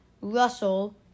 Russell